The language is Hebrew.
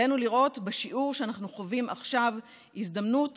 עלינו לראות בשיעור שאנחנו חווים עכשיו הזדמנות